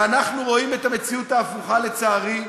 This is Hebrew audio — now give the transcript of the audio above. ואנחנו רואים את המציאות ההפוכה, לצערי,